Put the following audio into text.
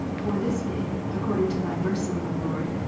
for this name, according to thy mercy, o lord,